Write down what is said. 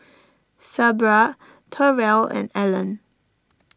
Sabra Terrell and Ellen